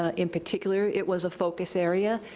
ah in particular, it was a focus area.